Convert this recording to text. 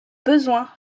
besoin